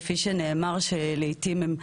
כפי שנאמר, לעיתים לא